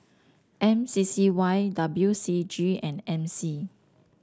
M C C Y W C G and M C